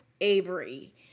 Avery